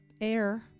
Air